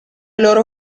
loro